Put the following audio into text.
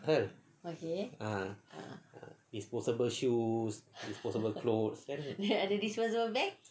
kan ah disposable shoes disposable clothes then